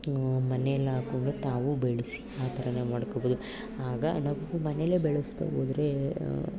ಮನೆಯಲ್ಲಿ ಹಾಕ್ಕೊಂಡು ತಾವು ಬೆಳೆಸಿ ಆ ಥರವೇ ಮಾಡ್ಕೊಬೌದು ಆಗ ನಾವು ಮನೇಲೆ ಬೆಳೆಸ್ತಾ ಹೋದ್ರೆ